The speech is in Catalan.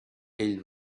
ell